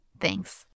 Thanks